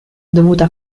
dovuta